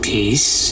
Peace